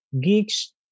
geeks